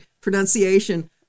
pronunciation